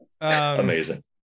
amazing